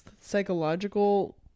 psychological